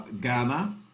Ghana